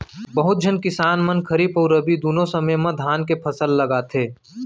बहुत झन किसान मन खरीफ अउ रबी दुनों समे म धान के फसल लगाथें